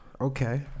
okay